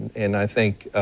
and i think